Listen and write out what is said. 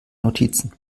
notizen